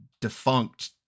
defunct